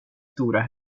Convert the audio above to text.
stora